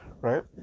Right